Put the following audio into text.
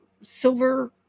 silver